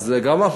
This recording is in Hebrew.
אז גם על